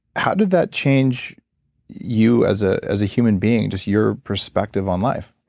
how did that change you as ah as a human being, just your perspective on life?